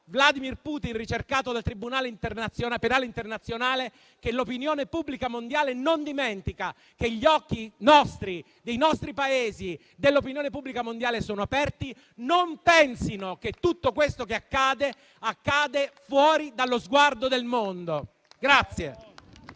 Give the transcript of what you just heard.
Vladimir Putin, ricercato dal Tribunale penale internazionale, che l'opinione pubblica mondiale non dimentica, che gli occhi nostri, dei nostri Paesi e dell'opinione pubblica mondiale sono aperti. Non pensino che tutto questo accada fuori dallo sguardo del mondo.